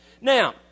Now